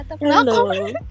hello